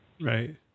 Right